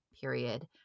period